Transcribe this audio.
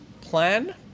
plan